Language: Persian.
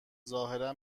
ظاهرا